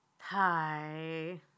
Hi